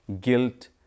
guilt